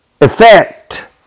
effect